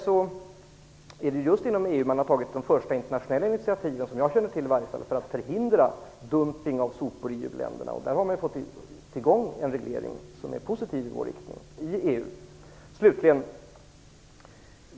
Det är vidare just inom EU som man har tagit de första internationella iniativen, i varje fall som jag känner till, för att förhindra dumpning av sopor i uländerna. Man har i EU fått i gång en reglering som ur vår synpunkt är positiv.